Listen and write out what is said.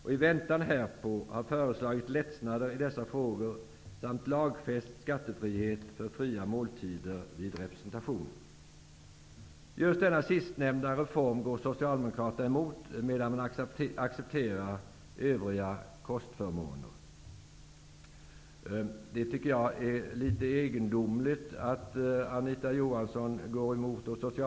I väntan härpå har föreslagits lättnader i dessa frågor samt lagfäst skattefrihet för fria måltider vid representation. Just denna sistnämnda reform går Socialdemokraterna emot, medan man accepterar övriga kostförmåner. Det tycker jag är litet egendomligt.